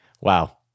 Wow